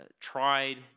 tried